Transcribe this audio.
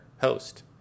host